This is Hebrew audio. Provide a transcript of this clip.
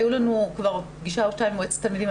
היו לנו כבר פגישה או שתיים עם מועצת התלמידים,